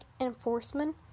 enforcement